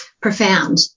profound